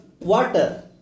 water